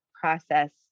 process